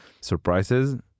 surprises